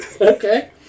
Okay